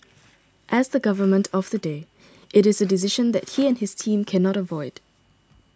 as the Government of the day it is a decision that he and his team cannot avoid